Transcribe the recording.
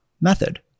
method